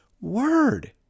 word